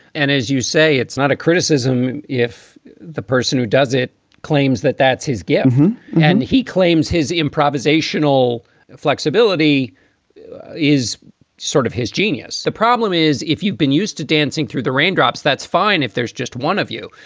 and as you say, it's not a criticism if the person who does it claims that that's his game and he claims his improvisational flexibility is sort of his genius. the problem is, if you've been used to dancing through the raindrops, that's fine. if there's just one of you.